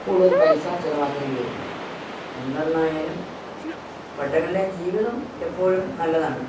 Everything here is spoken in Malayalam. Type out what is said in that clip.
കൂടുതൽ പൈസ ചിലവാക്കേണ്ടി വരുന്നു എന്തെന്നായാലും പട്ടണങ്ങളിലെ ജീവിതം എപ്പോഴും നല്ലതാണ്